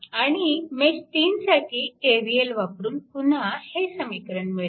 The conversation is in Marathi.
आणि मेश 3 साठी KVL वापरून पुन्हा हे समीकरण मिळते